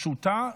פשוטה,